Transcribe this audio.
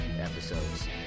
episodes